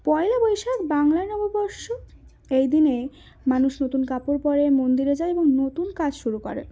পয়লা বৈশাখ বাংলা নববর্ষ এই দিনে মানুষ নতুন কাপড় পরে মন্দিরে যায় এবং নতুন কাজ শুরু করে